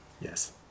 Yes